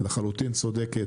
לחלוטין צודקת,